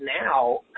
now